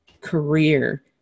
career